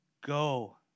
go